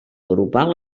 grupal